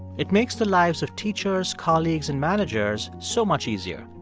it makes the lives of teachers, colleagues and managers so much easier.